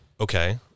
Okay